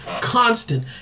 constant